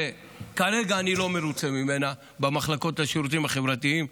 שכרגע אני לא מרוצה ממנה במחלקות השירותים החברתיים.